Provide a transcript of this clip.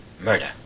murder